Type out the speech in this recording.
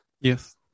Yes